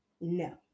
No